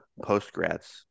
postgrads